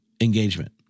engagement